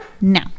now